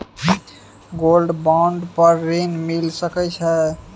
Gold bond पर ऋण मिल सके छै?